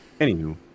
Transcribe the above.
Anywho